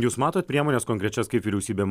jūs matot priemones konkrečias kaip vyriausybė